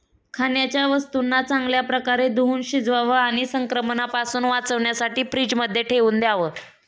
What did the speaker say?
खाण्याच्या वस्तूंना चांगल्या प्रकारे धुवुन शिजवावं आणि संक्रमणापासून वाचण्यासाठी फ्रीजमध्ये ठेवून द्याव